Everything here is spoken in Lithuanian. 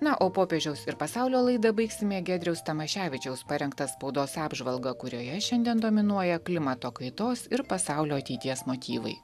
na o popiežiaus ir pasaulio laidą baigsime giedriaus tamoševičiaus parengtą spaudos apžvalgą kurioje šiandien dominuoja klimato kaitos ir pasaulio ateities motyvai